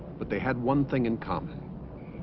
but they had one thing in common